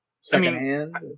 secondhand